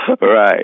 Right